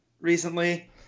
recently